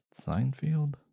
Seinfeld